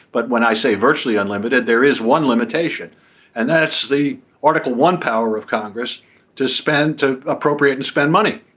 but when i say virtually unlimited there is one limitation and that's the article one power of congress to spend to appropriate and spend money.